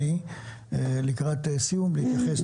לקראת סיום הישיבה